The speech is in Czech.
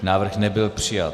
Návrh nebyl přijat.